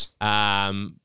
Yes